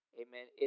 amen